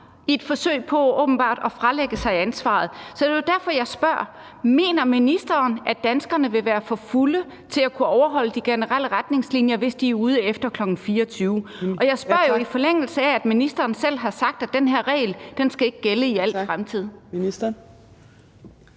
i et forsøg på åbenbart at fralægge sig ansvaret. Så det er jo derfor, jeg spørger: Mener ministeren, at danskerne vil være for fulde til at kunne overholde de generelle retningslinjer, hvis de er ude efter kl. 24.00? Jeg spørger jo, i forlængelse af at ministeren selv har sagt, at den her regel ikke skal gælde i al fremtid.